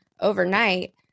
overnight